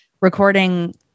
recording